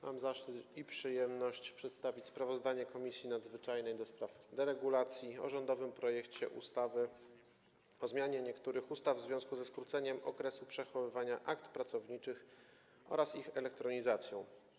Mam zaszczyt i przyjemność przedstawić sprawozdanie Komisji Nadzwyczajnej ds. deregulacji o rządowym projekcie ustawy o zmianie niektórych ustaw w związku ze skróceniem okresu przechowywania akt pracowniczych oraz ich elektronizacją.